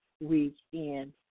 weekend